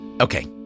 Okay